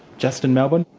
justin malbon?